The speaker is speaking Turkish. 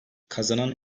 kazanan